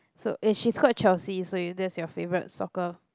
so eh she's called Chelsea so if that's your favorite soccer